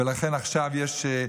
ולכן עכשיו יש,